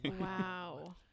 Wow